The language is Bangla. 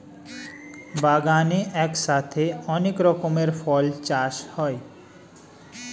বাগানে একসাথে অনেক রকমের ফল চাষ হয়